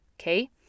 Okay